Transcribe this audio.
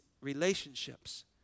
relationships